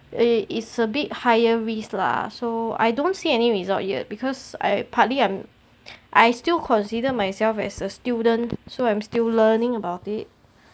eh is a bit higher risk lah so I don't see any result yet because I partly am I still consider myself as a student so I'm still learning about it